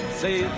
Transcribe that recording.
say